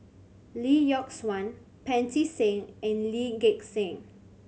Lee Yock Suan Pancy Seng and Lee Gek Seng